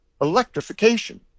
electrification